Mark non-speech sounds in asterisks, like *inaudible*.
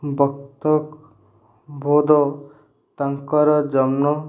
*unintelligible* ତାଙ୍କର ଜନ୍ନ